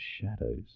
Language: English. shadows